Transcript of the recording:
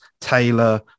Taylor